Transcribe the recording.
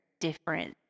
different